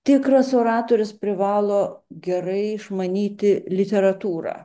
tikras oratorius privalo gerai išmanyti literatūrą